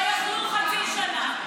הם לא יאכלו חצי שנה.